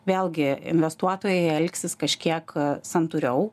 vėlgi investuotojai elgsis kažkiek santūriau